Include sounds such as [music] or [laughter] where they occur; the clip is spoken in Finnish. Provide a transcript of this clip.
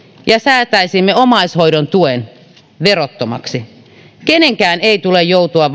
ja säätäisimme omaishoidon tuen verottomaksi kenenkään ei tule joutua [unintelligible]